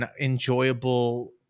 enjoyable